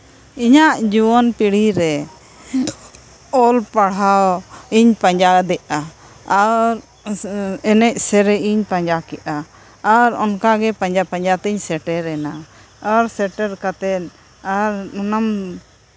ᱤᱧᱟᱹᱜ ᱡᱩᱣᱟᱹᱱ ᱯᱤᱲᱦᱤ ᱨᱮ ᱚᱞ ᱯᱟᱲᱦᱟᱣᱤᱧ ᱯᱟᱸᱡᱟᱫᱮᱜᱼᱟ ᱟᱨ ᱮᱱᱮᱡ ᱥᱮᱨᱮᱧ ᱤᱧ ᱯᱟᱸᱡᱟ ᱠᱮᱜᱼᱟ ᱟᱨ ᱚᱱᱠᱟᱜᱮ ᱯᱟᱸᱡᱟ ᱯᱟᱸᱡᱟ ᱛᱤᱧ ᱥᱮᱴᱮᱨᱮᱱᱟ ᱟᱨ ᱥᱮᱴᱮᱨ ᱠᱟᱛᱮᱫ ᱟᱨ ᱚᱱᱟᱢ